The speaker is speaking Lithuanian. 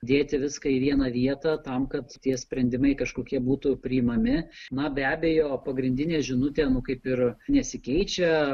dėti viską į vieną vietą tam kad tie sprendimai kažkokie būtų priimami na be abejo pagrindinė žinutė kaip ir nesikeičia